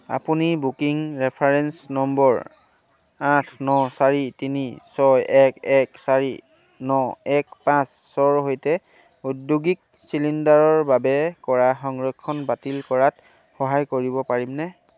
আপুনি booking reference number আঠ ন চাৰি তিনি ছয় এক এক চাৰি ন এক পাঁচৰ সৈতে ঔদ্যোগিক চিলিণ্ডাৰৰ বাবে কৰা সংৰক্ষণ বাতিল কৰাত সহায় কৰিব পাৰিবনে